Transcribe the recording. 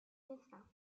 نیستم